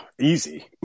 Easy